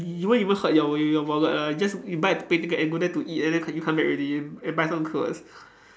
it won't even hurt your your wallet lah you just you buy a plane ticket and go there to eat and then c~ you come back already buy some clothes